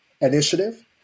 initiative